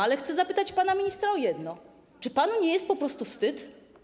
Ale chcę zapytać pana ministra o jedno: Czy panu nie jest po prostu wstyd?